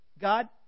God